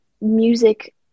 music